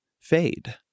fade